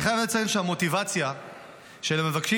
אני חייב לציין שהמוטיבציה של המבקשים